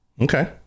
Okay